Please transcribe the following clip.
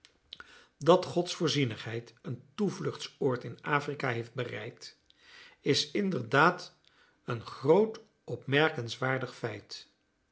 dat gods voorzienigheid een toevluchtsoord in afrika heeft bereid is inderdaad een groot opmerkenswaardig feit